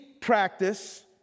practice